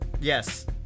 Yes